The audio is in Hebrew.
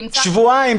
שבועיים.